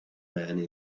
man